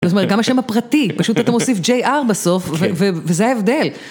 כלומר גם השם הפרטי, פשוט אתה מוסיף jr בסוף וזה ההבדל.